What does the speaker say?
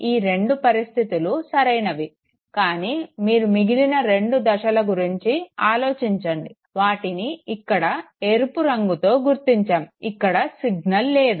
ఈ రెండు పరిస్థితులు సరైనవి కానీ మీరు మిగిలిన రెండు దశల గురించి ఆలోచించండి వాటిని ఇక్కడ ఎరుపు రంగుతో గుర్తించాము ఇక్కడ సిగ్నల్ లేదు